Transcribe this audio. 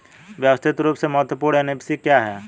व्यवस्थित रूप से महत्वपूर्ण एन.बी.एफ.सी क्या हैं?